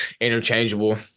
interchangeable